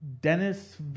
Dennis